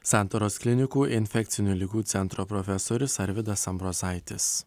santaros klinikų infekcinių ligų centro profesorius arvydas ambrozaitis